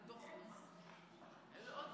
התשפ"ב 2021, לוועדת